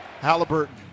Halliburton